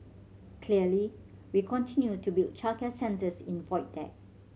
clearly we continue to build childcare centres in Void Deck